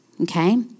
okay